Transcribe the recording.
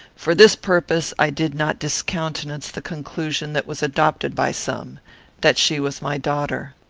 for this purpose i did not discountenance the conclusion that was adopted by some that she was my daughter.